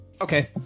okay